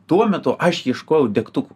tuo metu aš ieškojau degtukų